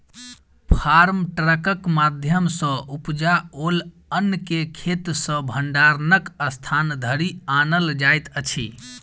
farm ट्रकक माध्यम सॅ उपजाओल अन्न के खेत सॅ भंडारणक स्थान धरि आनल जाइत अछि